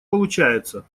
получается